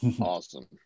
Awesome